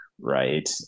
right